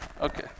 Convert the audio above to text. Okay